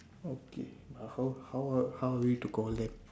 okay uh how how are how are we to call them